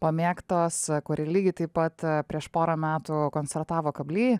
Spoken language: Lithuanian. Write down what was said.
pamėgtos kuri lygiai taip pat prieš porą metų koncertavo kably